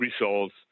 results